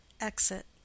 exit